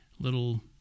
Little